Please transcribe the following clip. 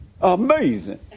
Amazing